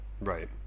right